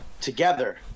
together